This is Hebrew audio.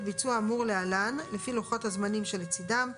ביצוע האמור להלן לפי לוחות הזמנים שלצדם: